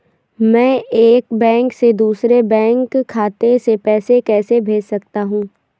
मैं एक बैंक से दूसरे बैंक खाते में पैसे कैसे भेज सकता हूँ?